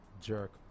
jerk